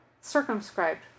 circumscribed